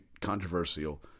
controversial